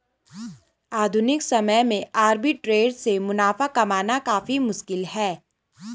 आधुनिक समय में आर्बिट्रेट से मुनाफा कमाना काफी मुश्किल है